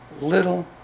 little